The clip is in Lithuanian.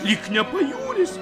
lyg ne pajūris